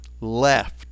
left